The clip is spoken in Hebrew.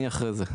אני אחרי זה.